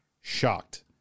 shocked